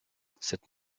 cette